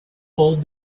fold